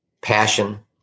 passion